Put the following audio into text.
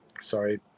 Sorry